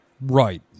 Right